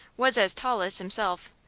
was as tall as himself,